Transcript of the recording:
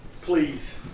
please